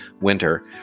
winter